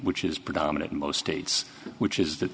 which is predominant in most states which is th